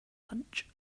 punch